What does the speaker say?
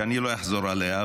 שאני לא אחזור עליה,